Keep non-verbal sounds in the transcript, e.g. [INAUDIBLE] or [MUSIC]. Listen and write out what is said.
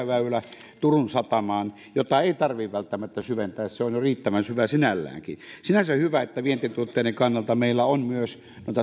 [UNINTELLIGIBLE] väylä turun satamaan jota ei tarvitse välttämättä syventää se on jo riittävän syvä sinälläänkin sinänsä on hyvä vientituotteiden kannalta että meillä on myös